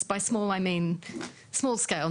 וכשאני אומרת קטנות אני מתכוונת לסדר גודל קטן,